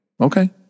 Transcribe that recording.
Okay